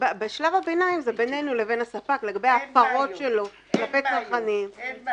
בשלב הביניים זה בינינו לבין הספק לגבי הפרות שלו כלפי צרכנים.